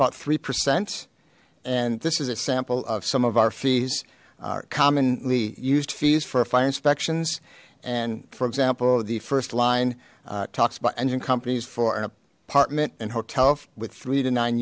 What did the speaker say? about three percent and this is a sample of some of our fees commonly used fees for fire inspections and for example the first line talks about engine companies for an apartment and hotel with three to nine